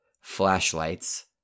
flashlights